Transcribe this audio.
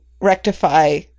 rectify